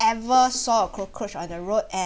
ever saw a cockroach on the road